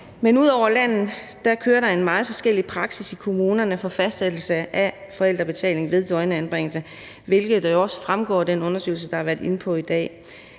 Men rundtomkring i landet kører der en meget forskellig praksis i kommunerne for fastsættelse af forældrebetaling ved døgnanbringelse, hvilket jo også fremgår af den undersøgelse, man har været inde på i dag.